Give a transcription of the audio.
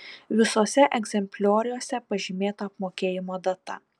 visuose egzemplioriuose pažymėta apmokėjimo data